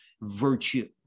virtue